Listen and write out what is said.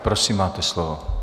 Prosím, máte slovo.